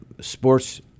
sports